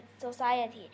society